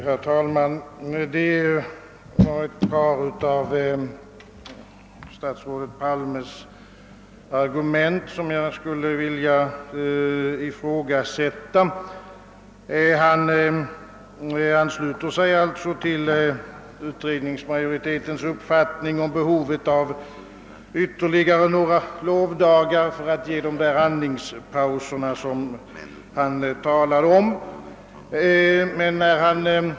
Herr talman! Jag skulle vilja ifrågasätta riktigheten hos ett par av statsrådet Palmes argument. Han ansluter sig alltså till utredningsmajoritetens uppfattning om behovet av ytterligare några lovdagar, som skulle ge de andningspauser han talar om.